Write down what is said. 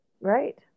right